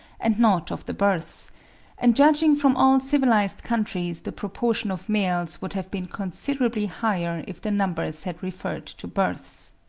and not of the births and judging from all civilised countries the proportion of males would have been considerably higher if the numbers had referred to births.